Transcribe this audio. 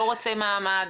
לא רוצה מעמד,